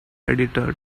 editor